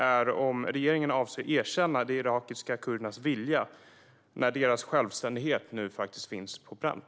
Avser regeringen att erkänna de irakiska kurdernas vilja när frågan om deras självständighet nu finns på pränt?